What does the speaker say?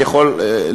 אני יכול להתחייב,